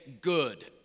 good